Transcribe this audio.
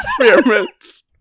experiments